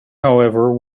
however